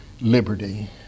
liberty